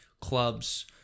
clubs